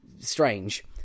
strange